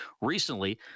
recently